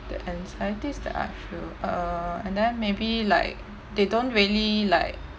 the anxieties that I feel uh and then maybe like they don't really like